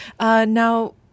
Now